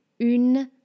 Une